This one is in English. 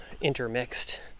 intermixed